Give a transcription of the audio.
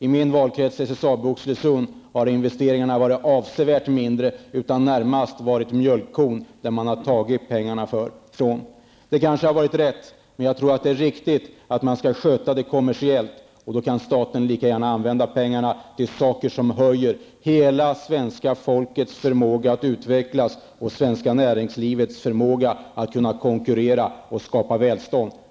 I min valkrets Oxelösund har SSABs investeringar varit avsevärt mindre. SSAB Oxelösund har närmast varit mjölkkon, där man tagit pengarna. Det kanske har varit rätt, men jag tror det är riktigt att man skall sköta det kommersiellt. Då kan staten lika gärna använda pengarna till saker som höjer hela svenska folkets förmåga att utvecklas och det svenska näringslivets förmåga att kunna konkurrera och skapa välstånd.